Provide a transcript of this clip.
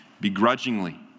begrudgingly